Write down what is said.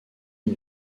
une